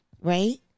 right